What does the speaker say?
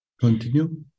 Continue